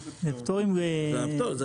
יש